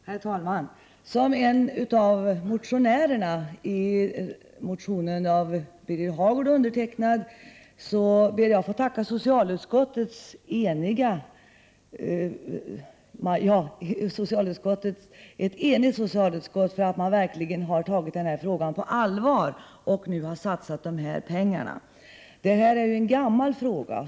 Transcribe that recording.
Herr talman! Som en av motionärerna i en motion av Birger Hagård och undertecknad, ber jag att få tacka ett enigt socialutskott för att det verkligen har tagit den här frågan på allvar och nu vill satsa dessa pengar. Det här är en gammal fråga.